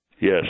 Yes